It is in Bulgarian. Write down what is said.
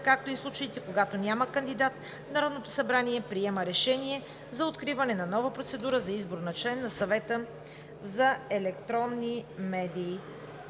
както и в случаите, когато няма кандидат, Народното събрание приема решение за откриване на нова процедура за избор на член на Съвета за електронни медии.“